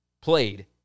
played